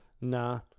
Nah